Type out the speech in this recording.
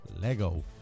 Lego